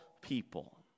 people